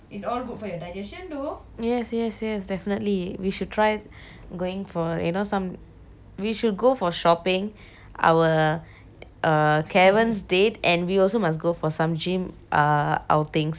yes yes yes definitely we should try going for you know some we should go for shopping our err caverns date and we also must go for some gym err outings exercise and stuff